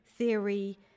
theory